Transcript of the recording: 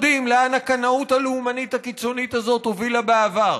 יודעים לאן הקנאות הלאומנית הקיצונית הזאת הובילה בעבר.